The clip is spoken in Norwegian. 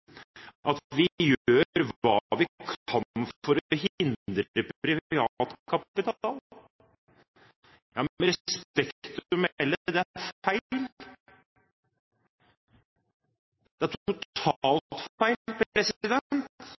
at vi gjør hva vi kan for å hindre privat kapital. Med respekt å melde, det er feil. Det er totalt feil!